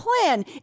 plan